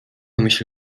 myśl